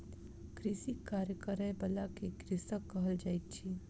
कृषिक कार्य करय बला के कृषक कहल जाइत अछि